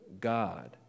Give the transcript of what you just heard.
God